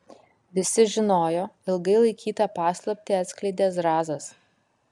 visi žinojo ilgai laikytą paslaptį atskleidė zrazas